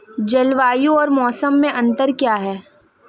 जलवायु और मौसम में अंतर क्या है?